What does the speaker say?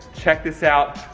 check this out.